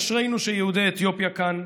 אשרינו שיהודי אתיופיה כאן,